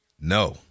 No